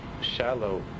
shallow